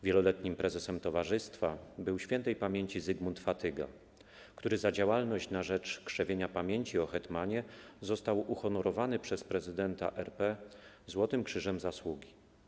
Wieloletnim prezesem towarzystwa był śp. Zygmunt Fatyga, który za działalność na rzecz krzewienia pamięci o hetmanie został uhonorowany przez prezydenta RP Złotym Krzyżem Zasługi.